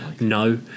No